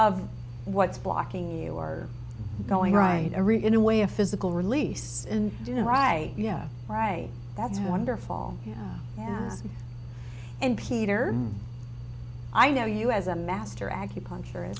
of what's blocking you are going right in a way a physical release and you know right yeah right that's wonderful yeah yeah yeahs and peter i know you as a master acupuncture